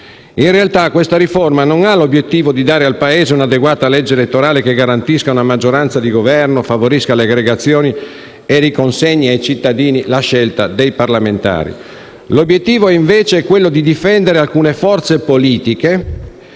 In realtà, questa riforma non ha l'obiettivo di dare al Paese un'adeguata legge elettorale che garantisca una maggioranza di Governo, favorisca le aggregazioni e riconsegni ai cittadini la scelta dei parlamentari. L'obiettivo, invece, è difendere alcune forze politiche,